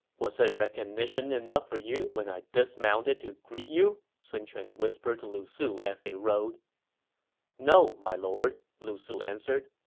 was it recognition enough for you when i dismounted to greet you? sun quan whispered to lu su as they rode no, my lord, lu su answered